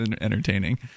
entertaining